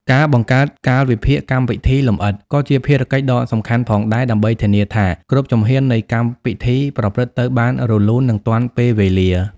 ការបង្កើតកាលវិភាគកម្មពិធីលម្អិតក៏ជាភារកិច្ចដ៏សំខាន់ផងដែរ ដើម្បីធានាថាគ្រប់ជំហាននៃកម្មពិធីប្រព្រឹត្តទៅបានរលូន និងទាន់ពេលវេលា។